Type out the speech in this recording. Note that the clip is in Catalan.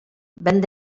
vent